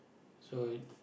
so